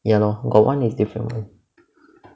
ya lor got one is different